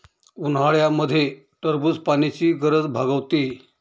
उन्हाळ्यामध्ये टरबूज पाण्याची गरज भागवते